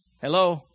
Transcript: Hello